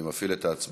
אני מפעיל את ההצבעה.